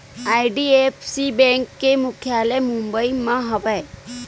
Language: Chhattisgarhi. आई.डी.एफ.सी बेंक के मुख्यालय मुबई म हवय